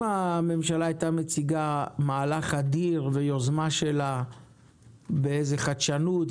אם הממשלה הייתה מציגה מהלך אדיר ויוזמה שלה באיזו חדשנות,